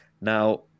now